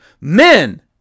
Men